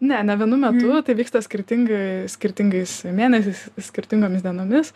ne ne vienu metu tai vyksta skirtingai skirtingais mėnesiais skirtingomis dienomis